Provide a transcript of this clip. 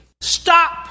Stop